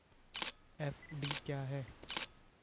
FD क्या है?